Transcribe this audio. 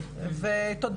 תודה